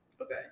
Okay